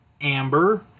Amber